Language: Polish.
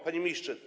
Panie Ministrze!